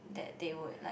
that they would like